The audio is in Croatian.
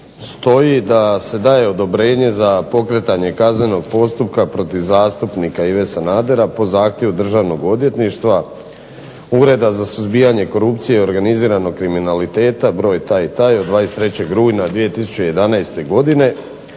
stoji da se daje odobrenje za pokretanje kaznenog postupka protiv zastupnika Ive Sanadera po zahtjevu državnog odvjetništva, Ureda za suzbijanje korupcije i organiziranog kriminaliteta, broj taj i taj od 23. rujna 2011. godine,